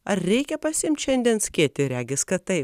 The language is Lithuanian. ar reikia pasiimti šiandien skėtį regis kad taip